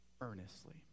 earnestly